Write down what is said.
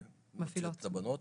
שמוציאות את הבנות.